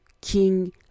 king